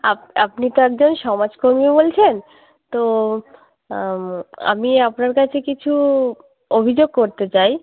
up আপনি তো একজন সমাজকর্মী বলছেন তো আমি আপনার কাছে কিছু অভিযোগ করতে চাই